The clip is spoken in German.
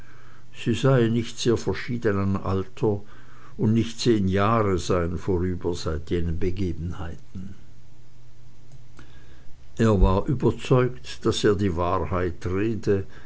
sie seien nicht sehr verschieden an alter und nicht zehn jahre seien vorüber seit jenen begebenheiten er war überzeugt daß er die wahrheit rede